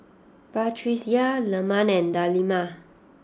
Batrisya Leman and Delima